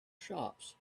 shops